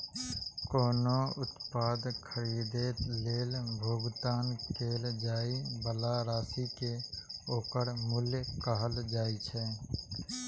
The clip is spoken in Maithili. कोनो उत्पाद खरीदै लेल भुगतान कैल जाइ बला राशि कें ओकर मूल्य कहल जाइ छै